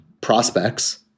prospects